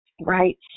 Right